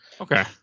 Okay